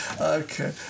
Okay